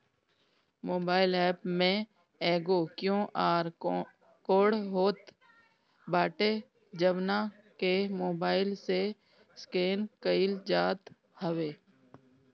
mobile app में एगो QR code होत बाटे जवना के मोबाईल से स्केन कईल जात हवे